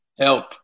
help